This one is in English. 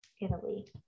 Italy